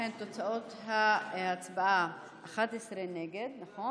לכן, תוצאות ההצבעה הן 11 נגד, נכון?